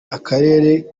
akarere